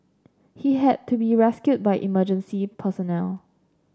he had to be rescued by emergency personnel